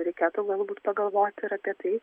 reikėtų galbūt pagalvoti ir apie tai